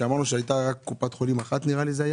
כאשר אמרנו שהייתה רק קופת חולים אחת בלבד.